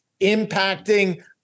impacting